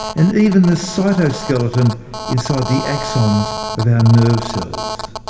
and even the cytoskeleton inside the axons of our nerve cells.